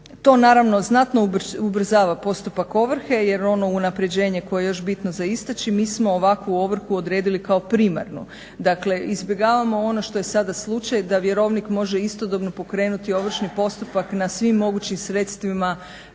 To naravno znatno ubrzava postupak ovrhe jer ono unapređenje koje je još bitno za istaći mi smo ovakvu ovrhu odredili kao primarnu. Dakle, izbjegavamo ono što je sada slučaj da vjerovnik može istodobno pokrenuti ovršni postupak na svim mogućim sredstvima